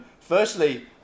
Firstly